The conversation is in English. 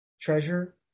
treasure